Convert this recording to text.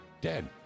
Dead